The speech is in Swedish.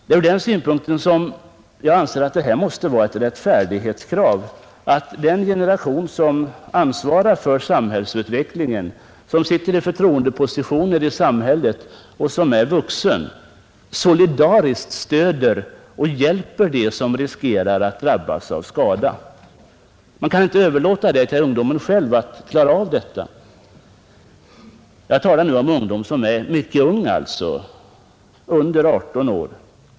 Det är från den synpunkten jag anser att det måste vara ett rättfärdighetskrav att den generation som ansvarar för samhällsutvecklingen, som sitter i förtroendepositioner i samhället och som är vuxen, solidariskt stöder och hjälper dem som riskerar att drabbas av skada. Man kan inte överlåta åt ungdomen själv att klara av detta. Jag talar nu om mycket unga människor, under 18 år.